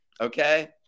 Okay